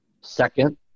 Second